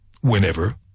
whenever